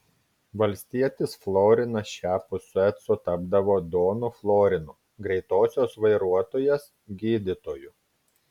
valstietis florinas šiapus sueco tapdavo donu florinu greitosios vairuotojas gydytoju